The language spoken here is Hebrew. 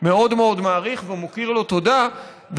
מאוד מאוד מעריך ומכיר לו תודה עליו,